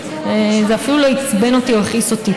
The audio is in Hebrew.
וזה אפילו לא עצבן אותי או הכעיס אותי,